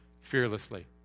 fearlessly